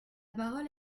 parole